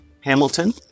Hamilton